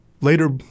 later